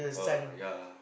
oh ya